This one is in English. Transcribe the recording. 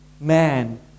man